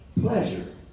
pleasure